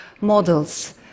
models